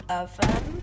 oven